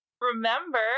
remember